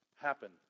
happen